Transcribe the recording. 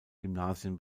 gymnasien